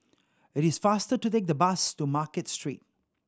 it is faster to take the bus to Market Street